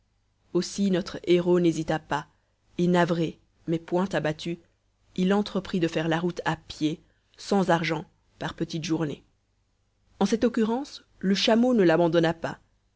aussi notre héros n'hésita pas et navré mais point abattu il entreprit de faire la route à pied sans argent par petites journées en cette occurrence le chameau ne l'abandonna pas